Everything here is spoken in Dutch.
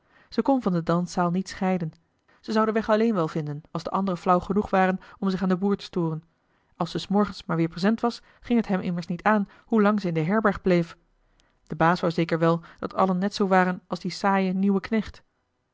ze kon van de danszaal niet scheiden ze zou den weg alleen wel vinden als de anderen flauw genoeg waren om zich aan den boer te storen als ze s morgens maar weer present was ging het hem immers niet aan hoe lang ze in de herberg bleef de baas wou zeker wel dat allen net zoo waren als die saaie nieuwe knecht